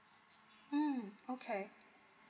mm okay